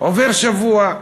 עובר שבוע,